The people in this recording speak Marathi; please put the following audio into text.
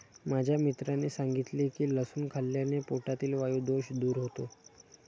माझ्या मित्राने सांगितले की लसूण खाल्ल्याने पोटातील वायु दोष दूर होतो